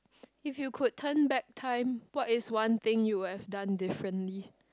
if you could turn back time what is one thing you would have done differently